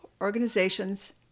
organizations